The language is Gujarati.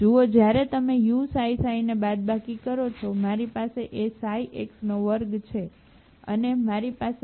જુઓ જ્યારે તમે uξξ ને બાદબાકી કરો છો મારી પાસે A x2 છે અને મારી પાસે અહીં છે બરાબર